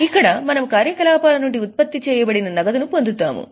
ఇక్కడ మనము కార్యకలాపాల నుండి ఉత్పత్తి చేయబడిన నగదును పొందుతాము